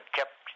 kept